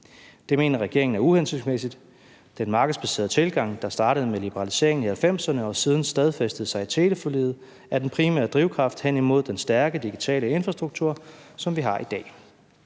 Det mener regeringen er uhensigtsmæssigt, da den markedsbaserede tilgang, der startede med liberaliseringen i 1990'erne og siden stadfæstede sig i teleforliget, er den primære drivkraft hen imod den stærke digitale infrastruktur, som vi har i dag.